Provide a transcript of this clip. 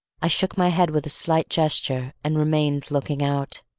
i shook my head with a slight gesture and remained looking out.